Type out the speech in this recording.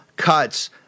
Cuts